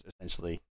essentially